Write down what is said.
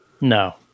no